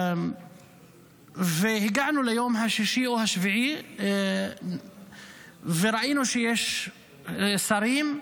והגענו ליום השישי או השביעי, וראינו שיש שרים,